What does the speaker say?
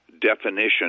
definition